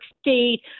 State